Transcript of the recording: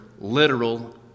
literal